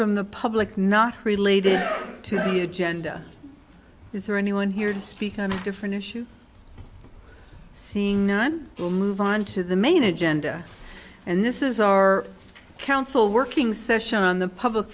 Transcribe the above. from the public not related to the agenda is there anyone here to speak on a different issue seeing none will move on to the main agenda and this is our council working session on the public